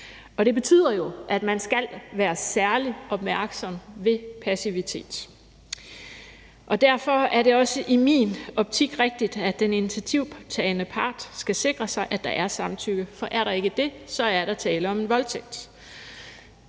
Og det betyder jo, at man skal være særlig opmærksom ved passivitet. Derfor er det også i min optik rigtigt, af den initiativtagende part skal sikre sig, at der er samtykke, for er der ikke det, så er der tale om en voldtægt.